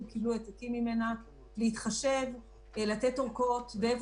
שנושא באחריות, או האם